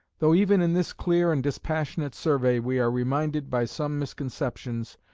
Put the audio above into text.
though even in this clear and dispassionate survey we are reminded by some misconceptions,